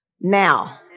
now